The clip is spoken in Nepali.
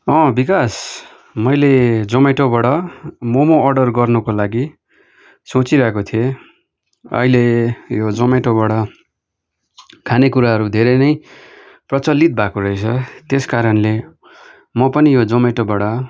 अँ विकास मैले जोमेटोबाट मोमो अर्डर गर्नुको लागि सोचिरहेको थिएँ अहिले यो जोमेटोबाट खानेकुराहरू धेरै नै प्रचलित भएको रहेछ त्यस कारणले म पनि यो जोमेटोबाट